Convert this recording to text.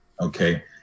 Okay